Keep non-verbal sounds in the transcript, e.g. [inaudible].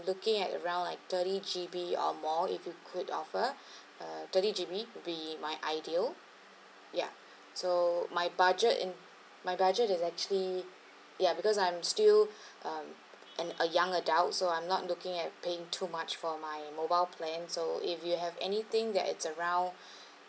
looking at around like thirty G_B or more if you could offer [breath] uh thirty G_B would be my ideal ya so my budget in my budget is actually ya because I'm still [breath] um an a young adult so I'm not looking at paying too much for my mobile plan so if you have anything that is around [breath]